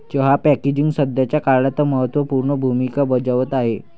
चहा पॅकेजिंग सध्याच्या काळात महत्त्व पूर्ण भूमिका बजावत आहे